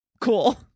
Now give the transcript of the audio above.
Cool